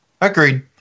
agreed